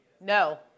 No